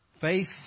Faith